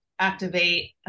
activate